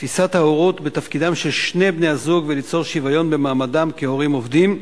ההורות בתפקידם של שני בני-הזוג וליצור שוויון במעמדם כהורים עובדים,